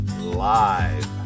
Live